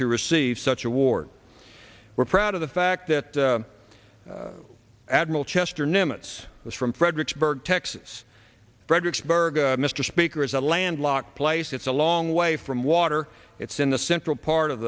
to receive such award we're proud of the fact that admiral chester nimitz is from fredericksburg texas fredericksburg mr speaker is a landlocked place it's a long way from water it's in the central part of